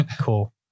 Cool